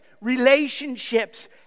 Relationships